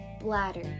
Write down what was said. bladder